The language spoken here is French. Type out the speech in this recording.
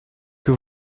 que